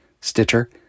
Stitcher